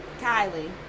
Kylie